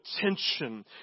attention